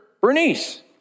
Bernice